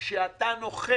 כשאתה נוחת